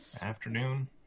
Afternoon